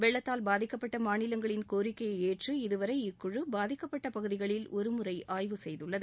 வெள்ளத்தால் பாதிக்கப்பட்ட மாநிலங்களின் கோரிக்கையை ஏற்று இதுவரை இக்குழு பாதிக்கப்பட்ட பகுதிகளில் ஒருமுறை ஆய்வு செய்துள்ளது